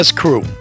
crew